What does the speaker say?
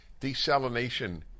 desalination